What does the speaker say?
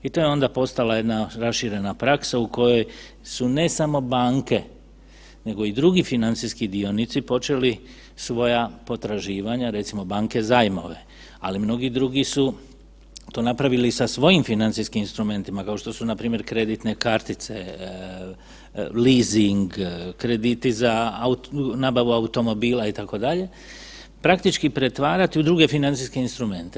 I to je onda postala jedna raširena praksa u kojoj su, ne samo banke nego i drugi financijski dionici počeli svoja potraživanja, recimo, banke zajmove, ali mnogi drugi su to napravili sa svojim financijskim instrumentima, kao što su, npr. kreditne kartice, leasing, krediti za nabavu automobila, itd., praktički pretvarati u druge financijske instrumente.